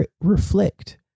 reflect